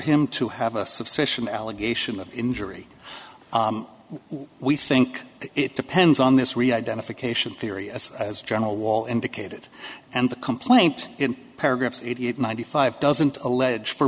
him to have a sufficient allegation of injury we think it depends on this re identification theory as as general wall indicated and the complaint in paragraphs eighty eight ninety five doesn't alleged